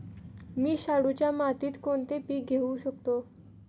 मी शाडूच्या मातीत कोणते पीक घेवू शकतो?